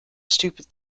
stupid